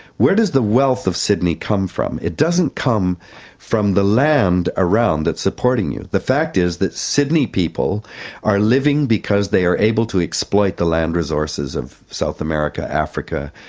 where does the wealth of sydney come from? it doesn't come from the land around that's supporting you. the fact is that sydney people are living because they are able to exploit the land resources of south america, africa,